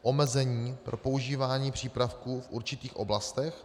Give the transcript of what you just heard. omezení pro používání přípravků v určitých oblastech;